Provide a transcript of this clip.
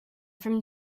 from